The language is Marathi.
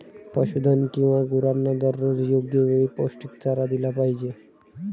पशुधन किंवा गुरांना दररोज योग्य वेळी पौष्टिक चारा दिला पाहिजे